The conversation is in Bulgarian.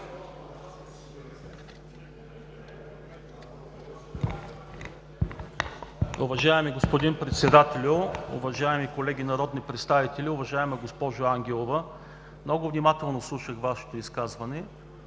Уважаеми господин Председател, уважаеми колеги народни представители! Уважаема госпожо Ангелова, много внимателно слушах Вашето изказване.